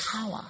power